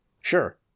Sure